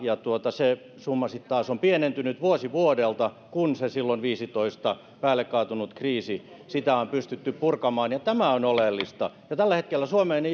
se summa sitten taas on pienentynyt vuosi vuodelta kun sitä silloin vuonna viisitoista päälle kaatunutta kriisiä on pystytty purkamaan tämä on oleellista ja tällä hetkellä suomeen